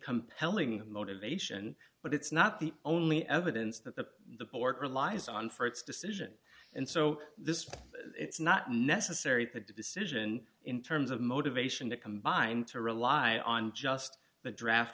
compelling the motivation but it's not the only evidence that the the port relies on for its decision and so this it's not necessary for the decision in terms of motivation to combine to rely on just the draft